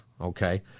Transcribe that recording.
okay